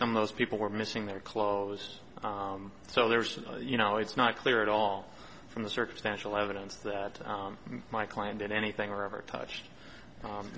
some of those people were missing their clothes so there's you know it's not clear at all from the circumstantial evidence that my client did anything or ever touched